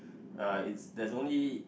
uh it's there's only